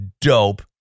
dope